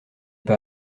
pas